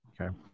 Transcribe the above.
Okay